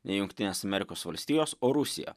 ne jungtinės amerikos valstijos o rusija